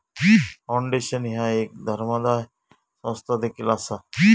foundation ह्या एक धर्मादाय संस्था देखील असा